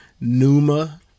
Numa